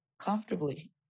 comfortably